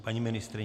Paní ministryně?